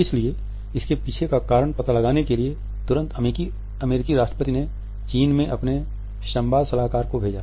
इसलिए इसके पीछे के कारण का पता लगाने के लिए तुरंत अमेरिकी राष्ट्रपति ने चीन में अपने संवाद सलाहकार को भेजा